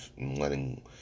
letting